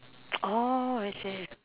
oh I see